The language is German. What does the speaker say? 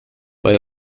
bei